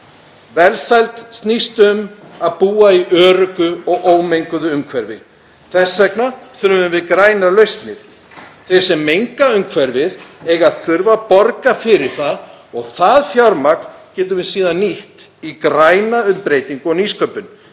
Velsæld snýst um að búa í öruggu og ómenguðu umhverfi. Þess vegna þurfum við grænar lausnir. Þeir sem menga umhverfið eiga að borga fyrir það og það fjármagn getum við síðan nýtt í græna umbreytingu og nýsköpun,